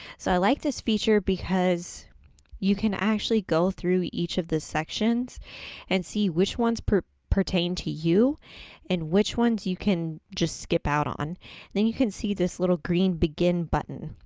so, i like this feature because you can actually go through each of the sections and see which ones pertain to you and which ones you can just skip out on, and then you can see this little green begin button.